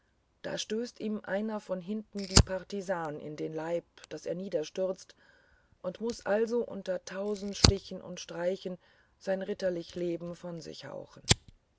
da stößt ihm einer von hinten di partisan in den leib daß er niederstürzt und muß also unter tausend stichen und streichen sein ritterlich leben von sich hauchen